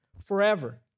forever